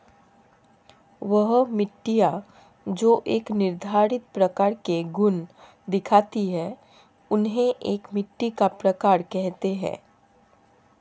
वह मिट्टियाँ जो एक निर्धारित प्रकार के गुण दिखाती है उन्हें एक मिट्टी का प्रकार कहते हैं